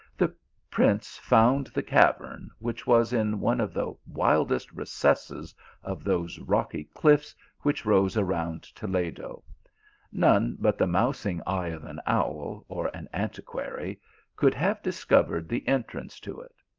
the prince found the cavern, which was in one of the wildest recesses of those rocky cliffs which rose around toledo none but the mousing eye of an owl or an antiquary could have discovered the entrance to it.